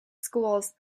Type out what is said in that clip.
schools